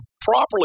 properly